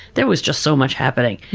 there was just so much happening.